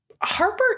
Harper